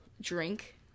drink